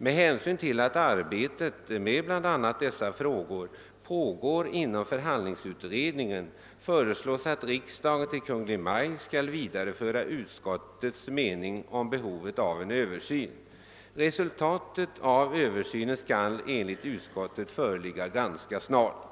Med hänsyn till att arbetet med bl.a. dessa frågor pågår inom förhandlingsutredningen föreslås att riksdagen till Kungl. Maj:t skall vidareföra utskottets mening om behovet av en översyn. Resultatet av översynen skall enligt utskottet föreligga »ganska snart«.